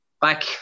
back